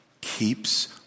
keeps